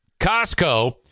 Costco